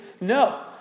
No